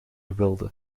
wilde